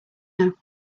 know